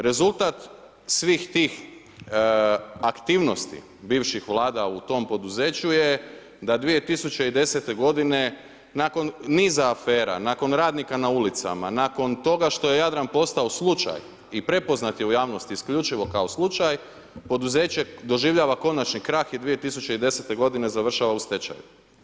Rezultat svih tih aktivnosti bivših vlada u tom poduzeću je da 2010. godine nakon niza afera, nakon radnika na ulicama, nakon toga što je Jadran posao slučaj i prepoznat je u javnosti isključivo kao slučaj, poduzeće doživljava konačni krah i 2010. godine završava u stečaju.